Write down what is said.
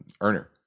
earner